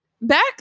Back